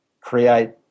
create